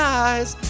eyes